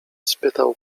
spytał